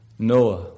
Noah